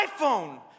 iPhone